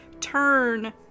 turn